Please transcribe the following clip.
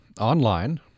online